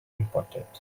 important